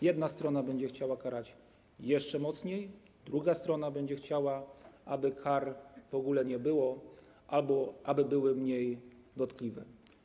Jedna strona będzie chciała karać jeszcze bardziej, druga strona będzie chciała, aby kar w ogóle nie było albo aby były mnie dotkliwe.